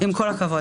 אדוני עם כל הכבוד.